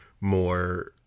more